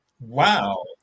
Wow